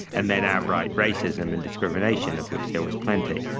and then outright racism and discrimination, of which there was plenty.